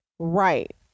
Right